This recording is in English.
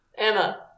Emma